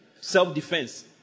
Self-defense